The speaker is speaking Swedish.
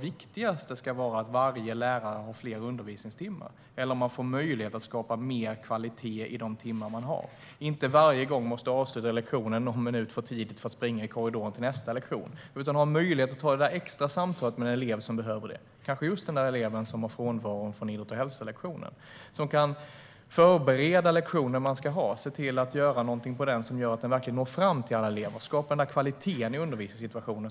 viktigaste är att varje lärare har fler undervisningstimmar eller om det är att de får möjlighet att skapa mer kvalitet i de timmar de har och inte varje gång måste avsluta lektionen någon minut för tidigt för att springa i korridoren till nästa lektion. I stället kan de få möjlighet att ta det där extra samtalet med en elev som behöver det - kanske just den elev som har frånvaro på lektionen i idrott och hälsa - och förbereda de lektioner de ska ha och göra något på dem som verkligen når fram till alla elever och skapar den kvalitet som är så viktig i undervisningssituationen.